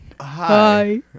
Hi